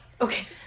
Okay